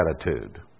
attitude